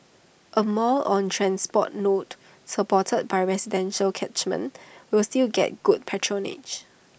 A mall on transport node supported by residential catchment will still get good patronage